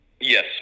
Yes